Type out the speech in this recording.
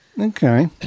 Okay